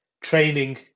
training